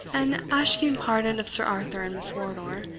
and ashking pardon of sir arthur and miss wardour,